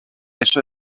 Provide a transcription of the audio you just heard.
eso